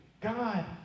God